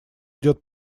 идёт